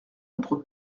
entre